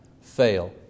fail